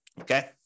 okay